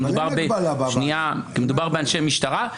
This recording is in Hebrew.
כי מדובר באנשי משטרה,